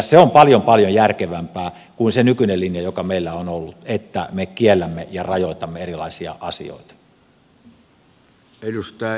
se on paljon paljon järkevämpää kuin se nykyinen linja joka meillä on ollut että me kiellämme ja rajoitamme erilaisia asioita